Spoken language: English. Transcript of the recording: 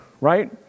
right